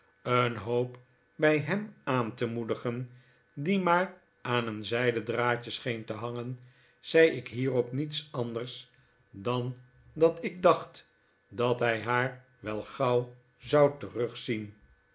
een hoop bij hem aan te moedigen die maar aan een zijden draadje scheen te hangen zei ik hierop niets anders dan dat ik dacht dat hij haar wel gauw zou terugzien